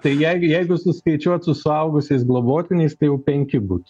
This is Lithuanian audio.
tai jeigu jeigu suskaičiuot su suaugusiais globotiniais tai jau penki būtų